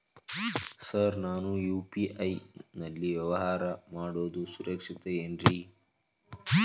Sir ನಾನು UPI ನಲ್ಲಿ ವ್ಯವಹಾರ ಮಾಡೋದು ಸುರಕ್ಷಿತ ಏನ್ರಿ?